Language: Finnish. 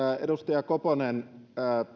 edustaja koponen